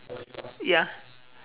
ya